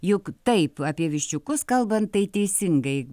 juk taip apie viščiukus kalbant tai teisingai